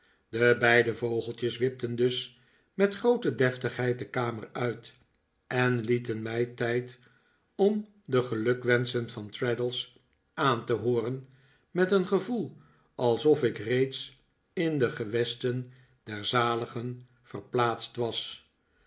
de beide vogeltjes wipten dus met groote deftigheid de kamer uit en lieten mij tijd om de gelukwenschen van traddles aan te hooren met een gevoel alsof ik reeds in de gewesten der zaligen verplaatst was